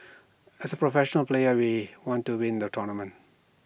as professional players we want to win the tournament